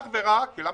אך ורק למה?